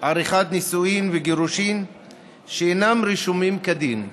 עריכת נישואין וגירושין שאינם רשומים כדין,